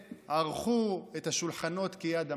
וערכו את השולחנות כיד המלך,